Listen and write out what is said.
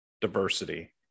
Diversity